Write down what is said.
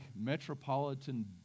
metropolitan